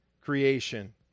creation